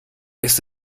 ist